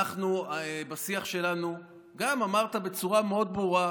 אנחנו בשיח שלנו, גם אמרת בצורה מאוד ברורה: